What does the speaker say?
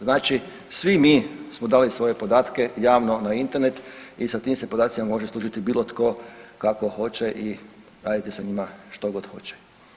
Znači svi mi smo dali svoje podatke javno na Internet i sa tim se podacima može služiti bilo tko i kako hoće i raditi sa njima što god hoće.